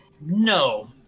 No